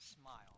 smile